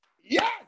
yes